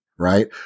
Right